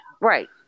Right